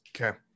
Okay